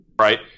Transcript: right